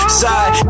side